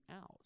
out